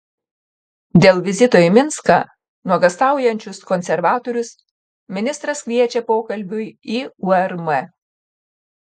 dėl vizito į minską nuogąstaujančius konservatorius ministras kviečia pokalbiui į urm